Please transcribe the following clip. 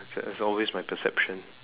it's always my perception